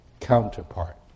counterpart